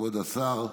כבוד השר,